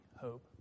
hope